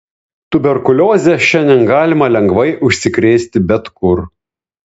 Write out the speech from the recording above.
tuberkulioze šiandien galima lengvai užsikrėsti bet kur